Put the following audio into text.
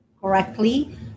correctly